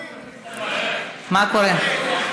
מה קורה?